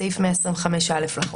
סעיף 125א לחוק.